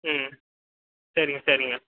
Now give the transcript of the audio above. ம் சரிங்க சரிங்க